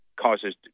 causes